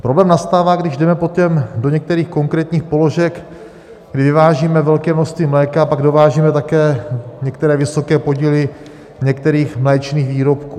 Problém nastává, když jdeme potom do některých konkrétních položek, kdy vyvážíme velké množství mléka a pak dovážíme také některé vysoké podíly některých mléčných výrobků.